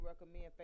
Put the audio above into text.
recommend